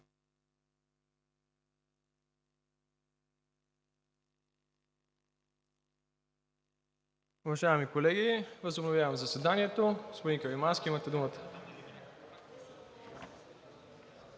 Уважаеми колеги, възобновявам заседанието. Господин Каримански, имате думата